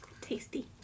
Tasty